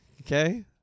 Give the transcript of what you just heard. Okay